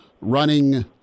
running –